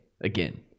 again